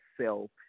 self